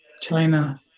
China